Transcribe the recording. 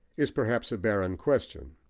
is perhaps a barren question.